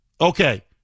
Okay